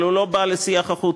אבל הוא לא בא בשיח החוצה.